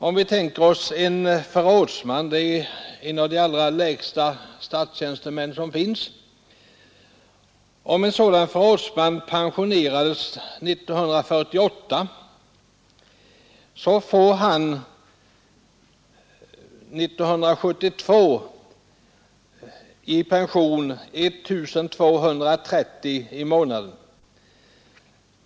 Se t.ex. på en förrådsman, en av de allra lägst placerade statstjänstemän som finns. En förrådsman som pensionerades år 1948 fick år 1972 i pension 1 230 kronor i månaden.